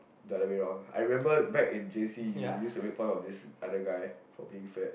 the other way around I remember back in j_c you used to make fun of this other guy for being fat